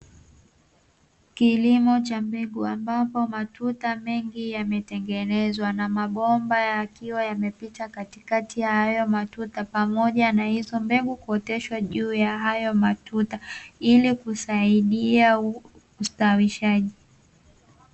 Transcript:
Kilimo cha mbegu ambapo matuta mengi yametengenezwa, na mabomba yakiwa yamepita katikati ya hayo matuta, pamoja na hizo mbegu kuoteshwa juu ya hayo matuta ili kusaidia ustawishaji.